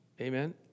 Amen